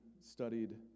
studied